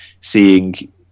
seeing